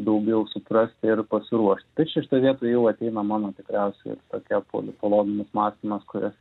daugiau suprasti ir pasiruošt tai čia šitoj vietoj jau ateina mano tikriausiai tokia politologinis mąstymas kuris